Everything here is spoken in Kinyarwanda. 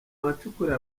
abacukura